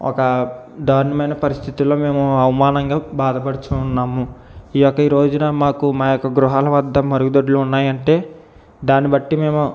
ఒక దారుణమైన పరిస్థితుల్లో మేము అవమానంగా బాధపడుచూ ఉన్నాము ఈ యొక్క ఈరోజున మాకు మా యొక్క గృహాల వద్ద మరుగుదొడ్లు ఉన్నాయి అంటే దాని బట్టి మేము